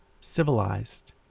civilized